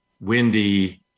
windy